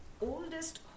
oldest